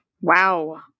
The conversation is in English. Wow